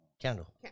candle